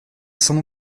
salon